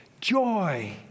JOY